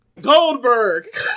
Goldberg